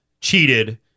cheated